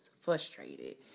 frustrated